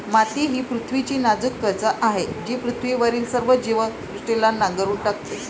माती ही पृथ्वीची नाजूक त्वचा आहे जी पृथ्वीवरील सर्व जीवसृष्टीला नांगरून टाकते